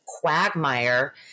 quagmire